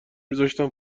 میذاشتم